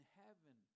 heaven